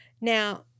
Now